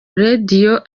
radio